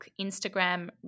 Instagram